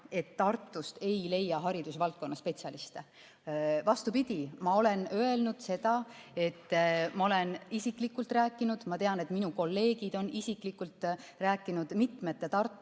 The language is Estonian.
et Tartust ei leia haridusvaldkonna spetsialiste. Vastupidi, ma olen öelnud seda, et ma olen isiklikult rääkinud ja ma tean, et minu kolleegid on isiklikult rääkinud mitmete Tartu